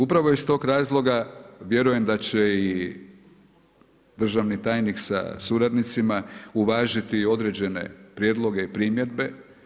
Upravo iz tog razloga vjerujem da će i državni tajnik sa suradnicima uvažiti i određene prijedloge i primjedbe.